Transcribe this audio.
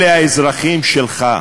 אלה האזרחים שלך.